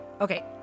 Okay